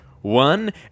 one